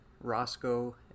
Roscoe